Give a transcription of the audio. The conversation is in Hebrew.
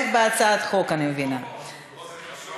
הצעת חוק הרשות הלאומית לבטיחות בדרכים (הוראת שעה)